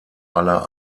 aller